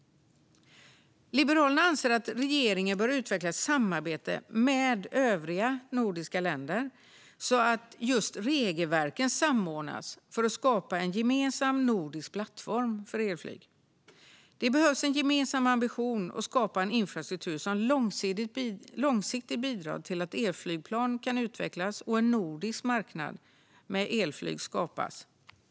Liberalerna anser att regeringen bör utveckla ett samarbete med övriga nordiska länder så att regelverken samordnas för att skapa en gemensam nordisk plattform för elflyg. Det behövs en gemensam ambition att skapa en infrastruktur som långsiktigt bidrar till att elflygplan kan utvecklas och en nordisk marknad med elflyg skapas.